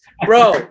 Bro